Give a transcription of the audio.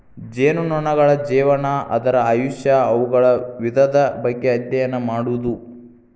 ಜೇನುನೊಣಗಳ ಜೇವನಾ, ಅದರ ಆಯುಷ್ಯಾ, ಅವುಗಳ ವಿಧದ ಬಗ್ಗೆ ಅದ್ಯಯನ ಮಾಡುದು